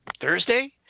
Thursday